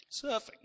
Surfing